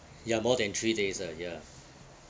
ya more than three days a year